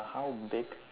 how big